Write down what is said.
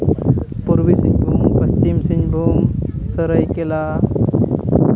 ᱯᱩᱨᱵᱤ ᱥᱤᱝᱵᱷᱩᱢ ᱯᱚᱥᱪᱤᱢ ᱥᱤᱝᱵᱷᱩᱢ ᱥᱟᱹᱨᱟᱹᱭᱠᱮᱞᱟ